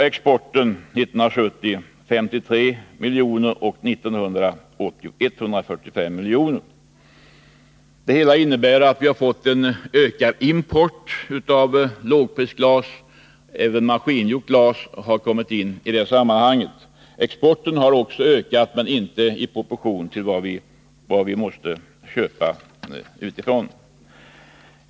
Exporten var 1970 53 milj.kr., 1980 145 milj.kr. Allt detta innebär att vi har fått en ökad import av handgjort lågprisglas, men även maskingjort glas har kommit att betyda alltmer. Exporten har också ökat, men inte i proportion till vad vi köper utifrån.